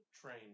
train